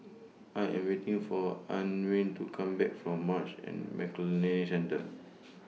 I Am waiting For Antwain to Come Back from Marsh and McLennan Centre